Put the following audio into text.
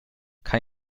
kann